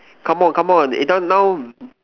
come on come on eh just now